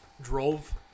Drove